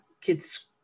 kid's